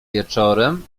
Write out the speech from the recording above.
wieczorem